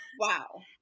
Wow